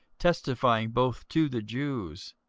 testifying both to the jews,